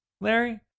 Larry